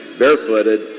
barefooted